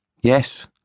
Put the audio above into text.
Yes